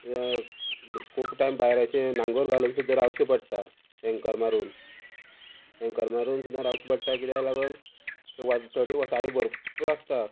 खूब टायम भायर अशे नांगोर घालून सुद्दां रावचें पडटा एंकर मारून एंकर मारून सुद्दां रावचें पडटा किद्या लागून वोल्तडी वोसाडी भरपूर आसता